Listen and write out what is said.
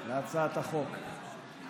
שיש כל מיני אזרחים במדינת ישראל שעושים בדבר